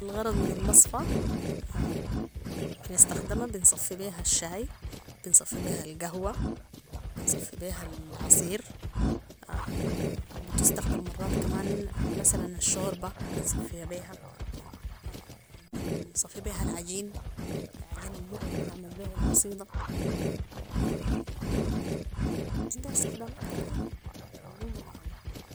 الغرض من المصفي ، بنستخدما بنصفي بيها الشاي ، بنصفي بيها القهوة ، بنصفي بيها العصير بتستخدم مرات كمان مثلاً الشوربة بنصفيا بيها بنصفي بيها العجين العجين المر البنعمل بيهو العصيدة ، عندها استخدامات كتيرة عموماً يعني